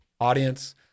audience